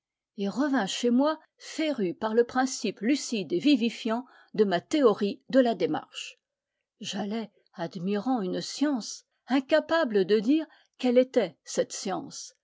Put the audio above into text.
et revins chez moi féru par le principe lucide et vivifiant de ma théorie de la démarche j'allais admirant une science incapable de dire quelle était cette science